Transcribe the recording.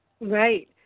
right